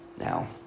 Now